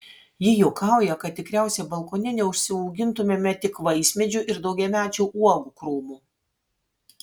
ji juokauja kad tikriausiai balkone neužsiaugintumėme tik vaismedžių ir daugiamečių uogų krūmų